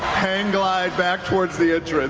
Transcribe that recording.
hang glide back towards the